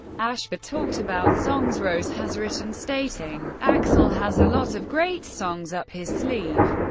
ashba talked about songs rose has written, stating axl has a lot of great songs up his sleeve.